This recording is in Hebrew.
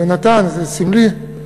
יונתן, זה סמלי,